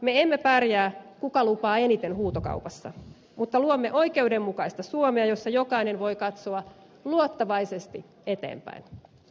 me emme pärjää kuka lupaa eniten huutokaupassa mutta luomme oikeudenmukaista suomea jossa jokainen voi katsoa luottavaisesti eteenpäin ne